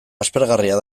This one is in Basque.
aspergarria